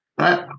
Right